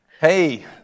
Hey